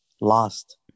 Lost